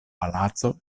palaco